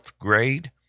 grade